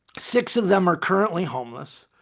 six of them are currently homeless.